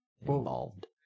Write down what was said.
involved